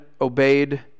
obeyed